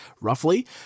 roughly